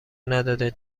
نداده